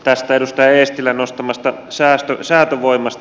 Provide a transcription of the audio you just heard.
tästä edustaja eestilän nostamasta säätövoimasta